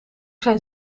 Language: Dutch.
zijn